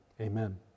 amen